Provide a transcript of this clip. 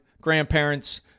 grandparents